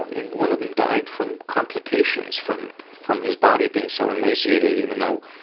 and, and one of them died from complications from, from his body being so emaciated, even though,